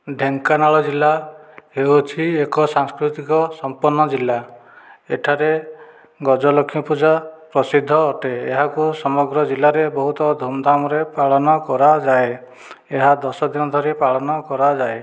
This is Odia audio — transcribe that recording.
ଢେଙ୍କାନାଳ ଜିଲ୍ଲା ହେଉଛି ଏକ ସାଂସ୍କୃତିକ ସମ୍ପନ୍ନ ଜିଲ୍ଲା ଏଠାରେ ଗଜଲକ୍ଷ୍ମୀ ପୂଜା ପ୍ରସିଦ୍ଧ ଅଟେ ଏହାକୁ ସମଗ୍ର ଜିଲ୍ଲାରେ ବହୁତ ଧୂମଧାମରେ ପାଳନ କରାଯାଏ ଏହା ଦଶଦିନ ଧରି ପାଳନ କରାଯାଏ